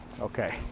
okay